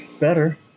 better